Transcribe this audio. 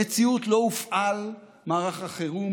במציאות לא הופעל מערך החירום.